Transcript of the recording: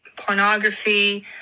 pornography